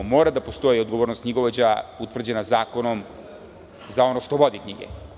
Mora da postoji odgovornost knjigovođa utvrđena zakonom za onog što vodi knjige.